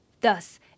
Thus